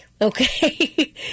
okay